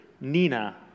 Nina